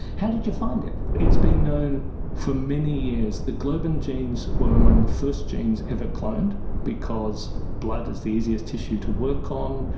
how did you find it? it's been known for many years. the globin genes were among the first genes ever cloned because blood is the easiest tissue to work on.